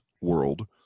world